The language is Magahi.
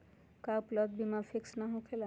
का उपलब्ध बीमा फिक्स न होकेला?